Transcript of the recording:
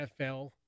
NFL